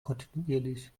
kontinuierlich